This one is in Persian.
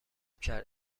کرد